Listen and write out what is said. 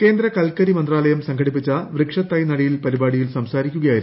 കേന്ദ്ര കൽക്കരി മന്ത്രാലയം സംഘടിപ്പിച്ചു പൃക്ഷത്തൈനടീൽ പരിപാടിയിൽ സംസാരിക്കുകയായിരുന്നു